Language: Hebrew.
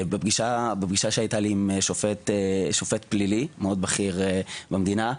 בפגישה שהייתה לי עם שופט פלילי מאוד בכיר במדינה,